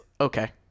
okay